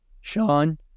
Sean